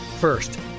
First